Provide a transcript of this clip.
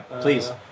Please